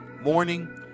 morning